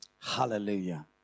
Hallelujah